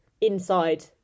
inside